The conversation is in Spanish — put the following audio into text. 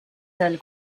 del